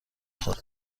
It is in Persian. خورم